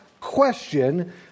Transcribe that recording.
question